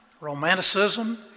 Romanticism